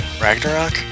Ragnarok